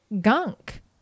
gunk